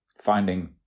finding